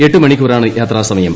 എട്ട് മണിക്കൂറാണ് യാത്രാ സമയം